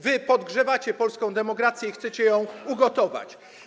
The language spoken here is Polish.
Wy podgrzewacie polską demokrację i chcecie ją ugotować.